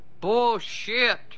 Bullshit